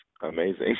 amazing